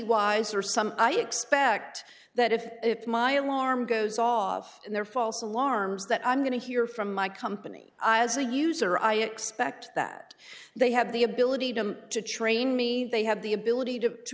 wise or some i expect that if my alarm goes off and their false alarms that i'm going to hear from my company i as a user i expect that they have the ability to to train me they have the ability to to